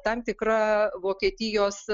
tam tikra vokietijos